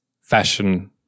fashion